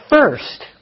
first